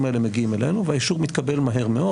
האלה מגיעים אלינו והאישור מתקבל מהר מאוד.